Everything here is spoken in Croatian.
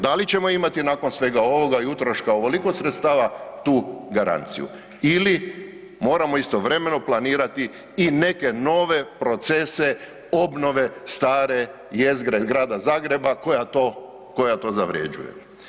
Da li ćemo imati nakon svega ovoga i utroška ovoliko sredstava tu garanciju ili moramo istovremeno planirati i neke nove procese obnove stare jezgre Grada Zagreba koja to, koja to zavređuje.